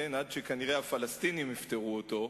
עד שכנראה הפלסטינים יפתרו אותו,